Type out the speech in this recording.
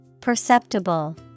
Perceptible